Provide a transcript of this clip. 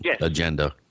agenda